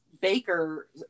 baker